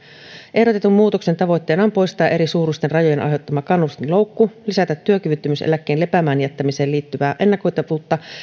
ehdotetun muutoksen tavoitteena on poistaa erisuuruisten rajojen aiheuttama kannustinloukku lisätä työkyvyttömyyseläkkeen lepäämään jättämiseen liittyvää ennakoitavuutta